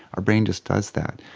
our brain just does that.